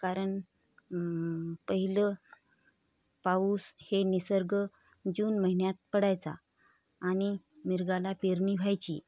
कारण पहिलं पाऊस हे निसर्ग जून महिन्यात पडायचा आणि मृगाला पेरणी व्हायची